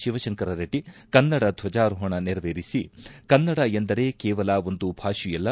ಶಿವಶಂಕರರೆಡ್ಡಿ ಕನ್ನಡ ಧ್ವಜಾರೋಪಣ ನೆರವೇರಿಸಿ ಕನ್ನಡ ಎಂದರೆ ಕೇವಲ ಒಂದು ಭಾಷೆಯಲ್ಲ